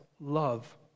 love